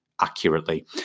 accurately